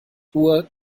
uhr